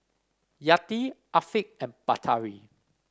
Yati Afiq and Batari